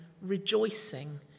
rejoicing